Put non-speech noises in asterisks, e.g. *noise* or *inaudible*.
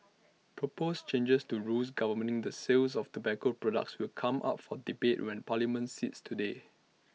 proposed *noise* changes to rules governing the sales of tobacco products will come up for debate when parliament sits today